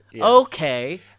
Okay